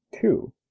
Two